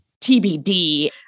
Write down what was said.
TBD